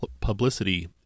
publicity